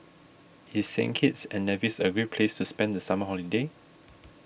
is Saint Kitts and Nevis a great place to spend the summer holiday